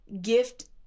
gift